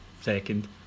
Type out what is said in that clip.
second